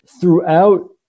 throughout